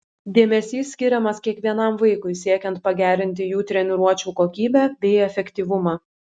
dėmesys skiriamas kiekvienam vaikui siekiant pagerinti jų treniruočių kokybę bei efektyvumą